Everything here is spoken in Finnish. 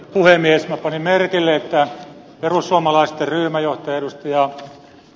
minä panin merkille että perussuomalaisten ryhmäjohtaja ed